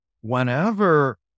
whenever